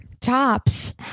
tops